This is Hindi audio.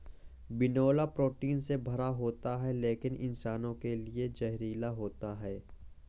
बिनौला प्रोटीन से भरा होता है लेकिन इंसानों के लिए जहरीला होता है